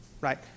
right